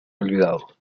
olvidado